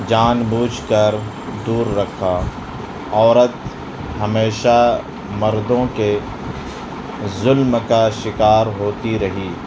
جان بوجھ کر دور رکھا عورت ہمیشہ مردوں کے ظلم کا شکار ہوتی رہی